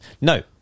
No